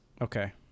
Okay